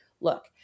look